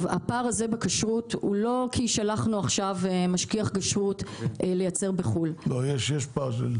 הפער הזה בכשרות זה לא כי שלחנו משגיח כשרות לייצר בחו"ל --- יש פער,